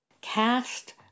Cast